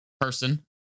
person